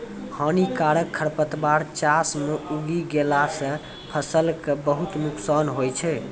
हानिकारक खरपतवार चास मॅ उगी गेला सा फसल कॅ बहुत नुकसान होय छै